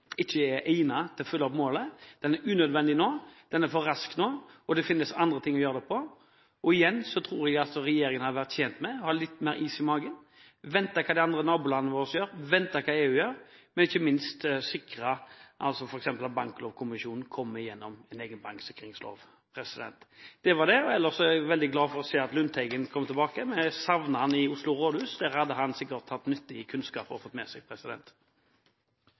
ikke er egnet til å følge opp målet. Den er unødvendig nå – den er for rask nå – og det finnes andre måter å gjøre dette på. Jeg tror altså at regjeringen hadde vært tjent med å ha litt mer is i magen og vente til en ser hva de andre nabolandene og EU gjør, og ikke minst å sikre at Banklovkommisjonen kommer med en egen banksikringslov. Det var det. Ellers er jeg veldig glad for å se at Lundteigen er kommet tilbake. Vi savnet ham i Oslo rådhus. Der hadde han sikkert fått med seg